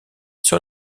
sur